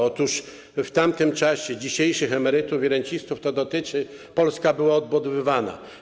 Otóż w tamtym czasie, dzisiejszych emerytów i rencistów to dotyczy, Polska była odbudowywana.